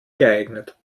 geeignet